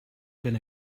been